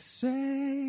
say